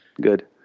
Good